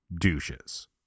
douches